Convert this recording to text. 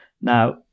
Now